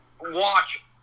watch